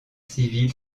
civile